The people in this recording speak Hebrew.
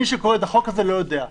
מי שקורא את החוק הזה לא יודע.